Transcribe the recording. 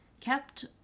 kept